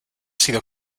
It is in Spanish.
sido